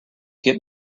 get